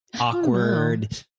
awkward